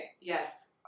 Yes